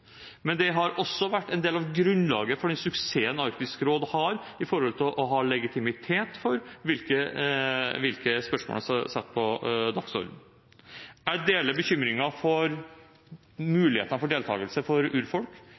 men det har også vært en del av grunnlaget for den suksessen Arktisk råd har når det gjelder å ha legitimitet for hvilke spørsmål som blir satt på dagsordenen. Jeg deler bekymringen for muligheten for deltakelse for urfolk.